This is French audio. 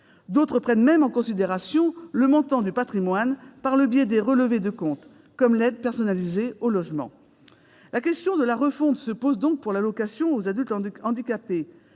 D'autres prennent même en considération le montant du patrimoine, par le biais des relevés de compte, comme l'aide personnalisée au logement. Par conséquent, si la question de la refonte se pose pour l'allocation aux adultes handicapés,